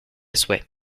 souhait